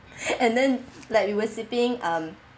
and then like we were sleeping um